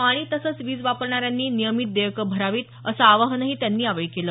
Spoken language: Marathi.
पाणी तसंच वीज वापरणाऱ्यांनी नियमित देयकं भरावीत असं आवाहनही त्यांनी यावेळी केलं